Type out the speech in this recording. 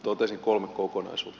toteaisin kolme kokonaisuutta